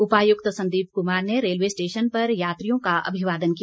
उपायुक्त संदीप कुमार ने railway station पर यात्रियों का अभिवादन किया